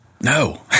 no